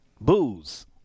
booze